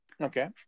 Okay